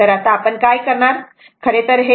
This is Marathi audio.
आता आपण काय करणार आहे